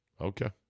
Okay